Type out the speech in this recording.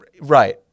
right